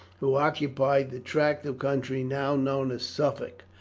who occupied the tract of country now known as suffolk,